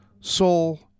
soul